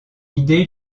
idée